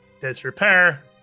disrepair